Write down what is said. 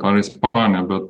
ar ispanija bet